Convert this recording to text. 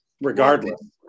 regardless